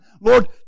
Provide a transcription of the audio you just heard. Lord